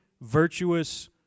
virtuous